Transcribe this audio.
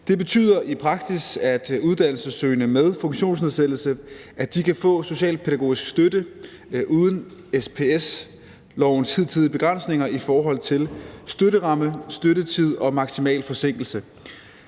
Det betyder i praksis, at uddannelsessøgende med funktionsnedsættelse kan få specialpædagogisk støtte uden SPS-lovens hidtidige begrænsninger i forhold til støtteramme, studietid og maksimal forsinkelse.